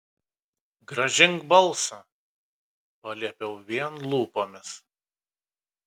grąžink balsą paliepiau vien lūpomis